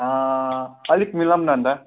अलिक मिलाउँ न अन्त